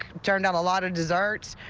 turnout a lot of desserts.